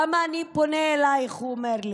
למה אני פונה אלייך, הוא אומר לי,